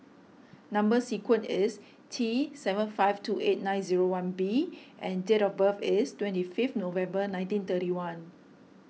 Number Sequence is T seven five two eight nine zero one B and date of birth is twenty fifth November nineteen thirty one